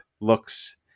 looks